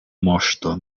moŝto